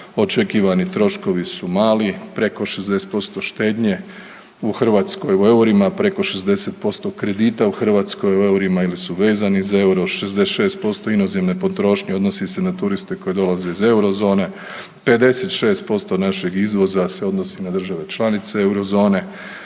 Očekivani troškovi su mali, preko 60% štednje u Hrvatskoj u eurima, preko 60% kredita u Hrvatskoj u eurima ili su vezani za euro. 66% inozemne potrošnje odnosi se na turiste koji dolaze iz Eurozone. 56% našeg izvoza se odnosi na države članice Eurozone